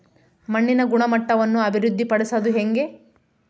ಮಣ್ಣಿನ ಗುಣಮಟ್ಟವನ್ನು ಅಭಿವೃದ್ಧಿ ಪಡಿಸದು ಹೆಂಗೆ?